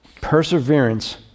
perseverance